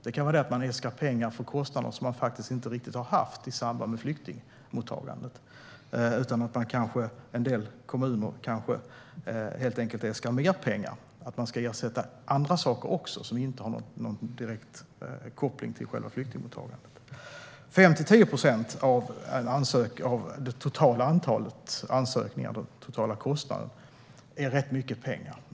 Det kan vara att man äskar pengar för kostnader man faktiskt inte riktigt har haft i samband med flyktingmottagandet. En del kommuner kanske helt enkelt äskar mer pengar, som ska ersätta även saker som inte har någon direkt koppling till själva flyktingmottagandet. Av den totala kostnaden är 5-10 procent rätt mycket pengar.